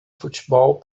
futebol